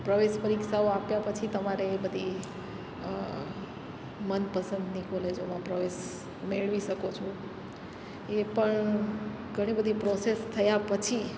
પ્રવેશ પરીક્ષાઓ આપ્યા પછી તમારે એ બધી મનપસંદની કોલેજોમાં પ્રવેશ મેળવી શકો છો એ પણ ઘણી બધી પ્રોસેસ થયાં પછી